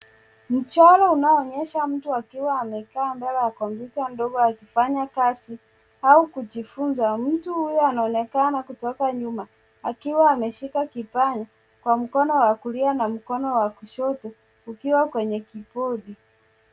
Mchoro unaoonyesha mtu akiwa amekaa mbele ya kompyuta ndogo akifanya kazi au kujifunza. Mtu huyu anaonekana kutoka nyuma akiwa ameshika kipanya kwa mkono wa kulia na mkono wa kushoto ukiwa kwenye kibodi.